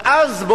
ואז,